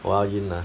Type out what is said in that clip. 我要晕了